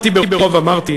אמרתי ברוב.